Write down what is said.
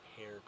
hair